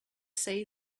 say